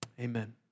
Amen